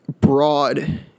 broad